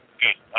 Good